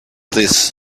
this